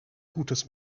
gutes